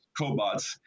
cobots